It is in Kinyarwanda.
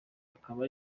akaba